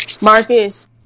Marcus